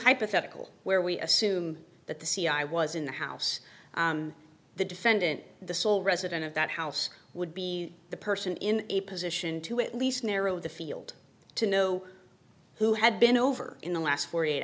hypothetical where we assume that the c i was in the house the defendant the sole resident of that house would be the person in a position to at least narrow the field to know who had been over in the last forty eight